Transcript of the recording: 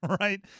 right